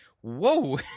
Whoa